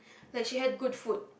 like she had good food